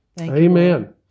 Amen